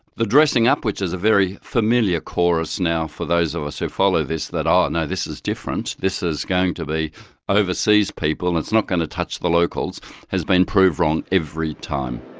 the dressing up, which is a very familiar chorus now for those of us who follow this, that oh no, this is different, this is going to be overseas people and it's not going to touch the locals' has been proved wrong every time.